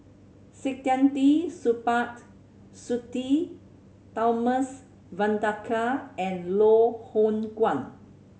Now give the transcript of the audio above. Saktiandi Supaat Sudhir Thomas Vadaketh and Loh Hoong Kwan